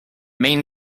main